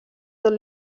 tot